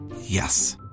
Yes